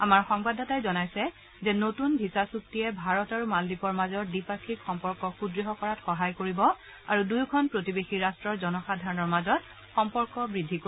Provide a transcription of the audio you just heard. আমাৰ সংবাদদাতাই জনাইছে যে নতুন ভিছা চুক্তিয়ে ভাৰত আৰু মালদ্বীপৰ মাজৰ দ্বিপাক্ষিক সম্পৰ্ক সূদ্ঢ় কৰাত সহায় কৰিব আৰু দুয়োখন প্ৰতিৱেশী ৰাষ্ট্ৰৰ জনসাধাৰণৰ মাজত সম্পৰ্ক বৃদ্ধি কৰিব